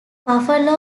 buffalo